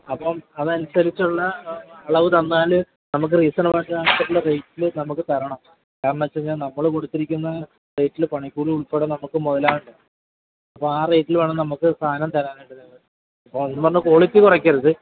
അപ്പോള് അതനുസരിച്ചുള്ള അളവ് തന്നാല് നമുക്ക് റീസണബിളായിട്ടുള്ള റേറ്റില് നമുക്ക് തരണം കാരണമെന്നുവച്ചുകഴിഞ്ഞാല് നമ്മള് കൊടുത്തിരിക്കുന്ന റേറ്റില് പണിക്കൂലി ഉൾപ്പെടെ നമുക്ക് മുതലാവണ്ടെ അപ്പോള് ആ റേറ്റില് വേണം നമ്മള്ക്കു സാധനം തരാനായിട്ട് നിങ്ങള് അപ്പോള് എന്നും പറഞ് ക്വാളിറ്റി കുറയ്ക്കരുത്